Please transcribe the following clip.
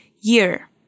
year